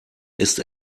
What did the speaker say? ist